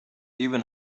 even